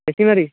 বেছিমাৰি